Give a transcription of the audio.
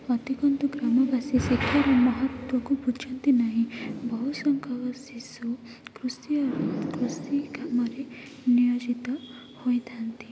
ଅଧିକାଂଶ ଗ୍ରାମବାସୀ ଶିକ୍ଷାର ମହତ୍ଵକୁ ବୁଝନ୍ତି ନାହିଁ ବହୁ ସଂଖ୍ୟକ ଶିଶୁ କୃଷି କୃଷି କାମରେ ନିୟୋଜିତ ହୋଇଥାନ୍ତି